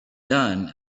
done